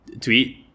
tweet